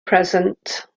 present